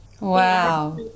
Wow